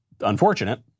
unfortunate